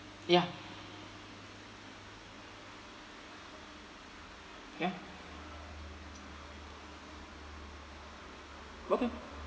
ya ya okay